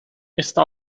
está